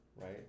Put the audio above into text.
right